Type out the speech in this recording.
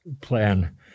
plan